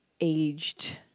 aged